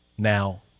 Now